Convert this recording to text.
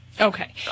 Okay